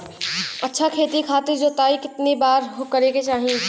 अच्छा खेती खातिर जोताई कितना बार करे के चाही?